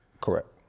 Correct